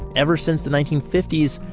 ever since the nineteen fifty s,